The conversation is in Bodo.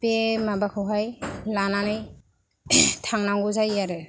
बे माबाखौहाय लानानै थांनांगौ जायो आरो